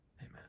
Amen